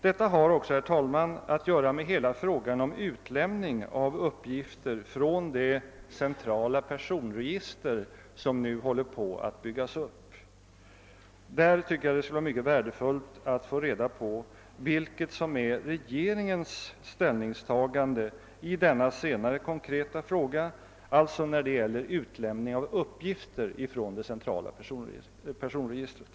Detta har också, herr talman, att göra med hela frågan om utlämning av uppgifter från det centrala personregistret, som nu håller på att byggas upp. Där tycker jag det skulle vara mycket värdefullt att få reda på regeringens ställningstagande i denna senare konkreta fråga, alltså när det gäller utlämning av uppgifter från det centrala personregistret.